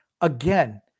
Again